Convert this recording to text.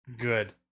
Good